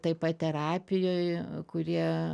taip pat terapijoj kurie